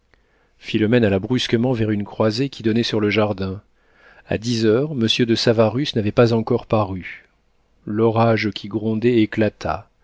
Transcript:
philomène alla brusquement vers une croisée qui donnait sur le jardin a dix heures monsieur de savarus n'avait pas encore paru l'orage qui grondait éclata